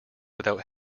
without